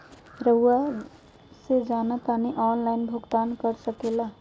रहुआ से जाना तानी ऑनलाइन ऋण भुगतान कर सके ला?